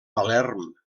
palerm